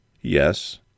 Yes